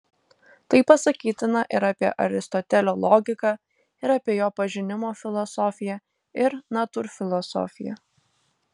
tai pasakytina ir apie aristotelio logiką ir apie jo pažinimo filosofiją ir natūrfilosofiją